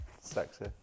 Sexy